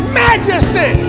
majesty